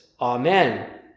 Amen